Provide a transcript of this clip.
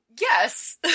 Yes